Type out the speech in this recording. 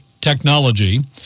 technology